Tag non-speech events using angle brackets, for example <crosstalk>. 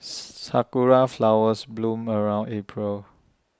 <noise> Sakura Flowers bloom around April